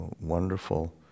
wonderful